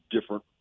different